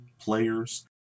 players